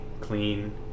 clean